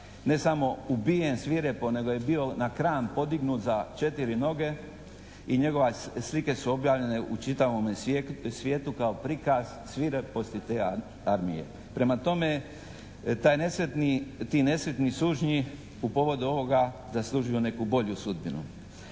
ne samo ubijen svirepo nego je bio na kran podignut za četiri noge i njegove slike su objavljene u čitavom svijetu kao prikaz svireposti te armije. Prema tome, ti nesretni sužnji u povodu ovoga zaslužuju neku bolju sudbinu.